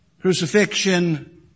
crucifixion